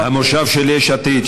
המושב של יש עתיד,